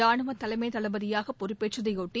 ரானுவதலைமைதளபதியாகபொறுப்பேற்றதையொட்டி